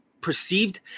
perceived